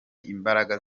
imbaraga